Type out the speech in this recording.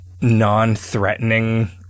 non-threatening